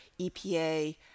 EPA